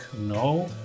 No